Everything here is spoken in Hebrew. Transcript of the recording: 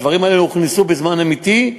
הדברים האלה הוכנסו בזמן אמיתי,